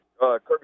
Kirby